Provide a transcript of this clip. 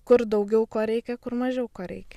kur daugiau ko reikia kur mažiau ko reikia